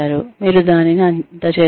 మీరు దానిని అందచేసారు